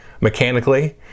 mechanically